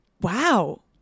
Wow